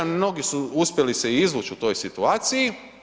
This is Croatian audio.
Mnogi su uspjeli se izvuć u toj situaciji.